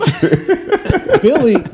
Billy